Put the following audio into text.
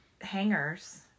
hangers